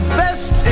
best